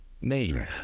Name